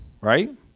Right